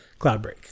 Cloudbreak